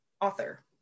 Author